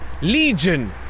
Legion